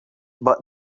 but